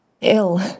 Ill